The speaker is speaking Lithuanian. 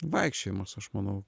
vaikščiojimas aš manau